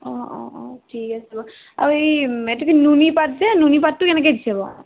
অঁ অঁ অঁ ঠিক আছে বাৰু আৰু এই এইটো কি নুনী পাট যে নুনী পাটটো কেনেকৈ দিছে বাৰু